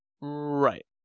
Right